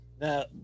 Now